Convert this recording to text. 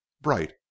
bright